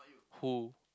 who